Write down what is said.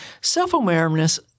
self-awareness